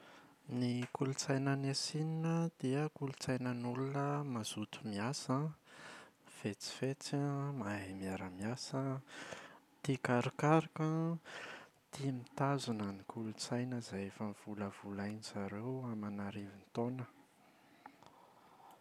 Ny kolontsaina any Sina dia kolontsainan’olona mazoto miasa an, fetsifetsy an, mahay miara-miasa an, tia karokaroka an, tia mitazona ny kolontsaina izay efa novolavolain’izareo aman’arivon-taona.